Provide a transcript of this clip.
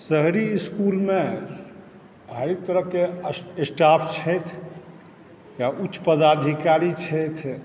शहरी इसकुलमे अनेक तरहके स्टाफ छथि या उच्च पदाधिकारी छथि